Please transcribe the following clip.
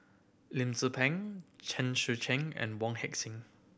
Lim Peng Chen Sucheng and Wong Heck Sing